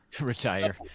Retire